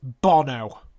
Bono